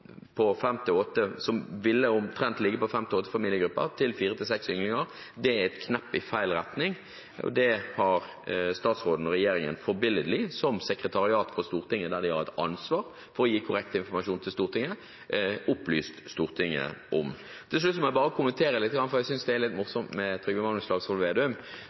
som ville ligge på omtrent fem–åtte familiegrupper, til å ha fire–seks ynglinger, er et knepp i feil retning, og det har statsråden og regjeringen forbilledlig, som sekretariat for Stortinget, der de har hatt ansvar for å gi korrekt informasjon til Stortinget, opplyst Stortinget om. Til slutt må jeg bare kommentere lite grann, for jeg synes det er litt morsomt med Trygve Magnus Slagsvold Vedum,